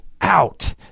out